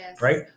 right